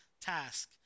task